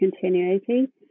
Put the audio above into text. continuity